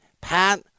Pat